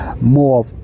more